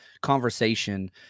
conversation